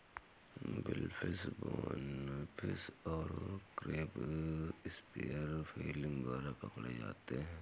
billfish, bonefish और crab spear fishing द्वारा पकड़े जाते हैं